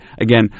again